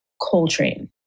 Coltrane